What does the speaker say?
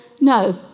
no